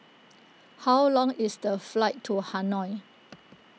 how long is the flight to Hanoi